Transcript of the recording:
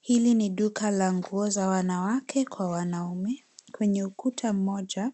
Hili ni duka la nguo za wanawake kwa wanaume, kwenye ukuta mmoja